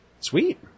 Sweet